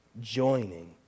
joining